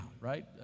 right